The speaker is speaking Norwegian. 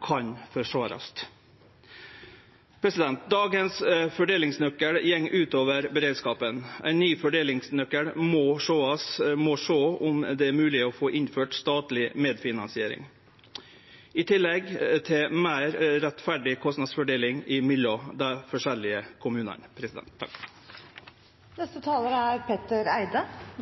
kan forsvarast. Dagens fordelingsnøkkel går ut over beredskapen. Ein ny fordelingsnøkkel må sjå om det er mogleg å få innført statleg medfinansiering, i tillegg til ei meir rettferdig kostnadsfordeling mellom dei forskjellige kommunane. Alle i